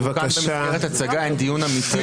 במסגרת הצגה אין דיון אמיתי?